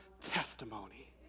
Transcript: testimony